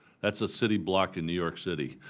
that's a city block in new york city.